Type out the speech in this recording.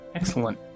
Excellent